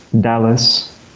Dallas